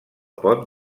pot